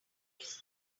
waves